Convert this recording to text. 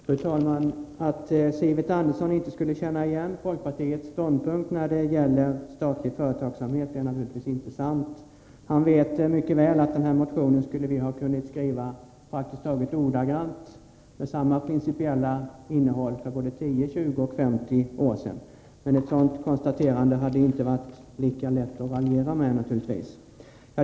Fru talman! Att Sivert Andersson inte skulle känna igen folkpartiets ståndpunkt när det gäller statlig företagsamhet är naturligtvis inte sant. Han vet mycket väl att vi skulle ha kunnat skriva denna motion praktiskt taget ordagrant med samma principiella innehåll för både 10, 20 och 50 år sedan. Men ett sådant konstaterande hade inte varit lika lätt att raljera med naturligtvis.